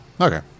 Okay